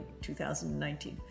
2019